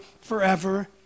forever